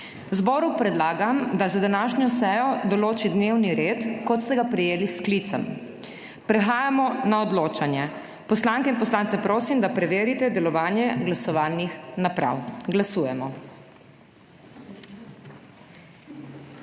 Zboru predlagam, da za današnjo sejo določi dnevni red, kot ste ga prejeli s sklicem. Prehajamo na odločanje. Poslanke in poslance prosim, da preverite delovanje glasovalnih naprav. Glasujemo.